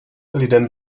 lidem